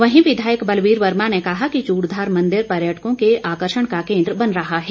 वहीं विधायक बलबीर वर्मा ने कहा कि चूडघार मंदिर पर्यटकों के आकर्षण का केंद्र बन रहा है